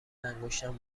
انگشتم